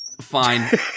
Fine